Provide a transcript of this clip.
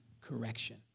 correction